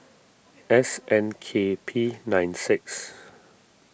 S N K P nine six